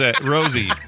rosie